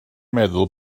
meddwl